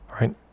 right